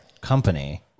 company